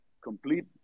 complete